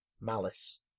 Malice